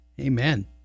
Amen